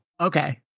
Okay